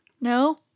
No